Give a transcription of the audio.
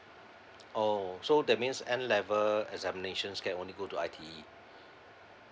oh so that means n level examinations can only go to I_T_E